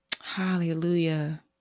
Hallelujah